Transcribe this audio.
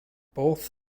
both